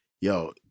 yo